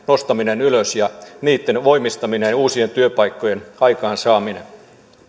nostaminen ylös ja niitten voimistaminen uusien työpaikkojen aikaansaaminen